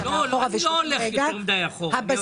הבסיס של התקציב --- אני לא הולך יותר מידי אחורה.